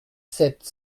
sept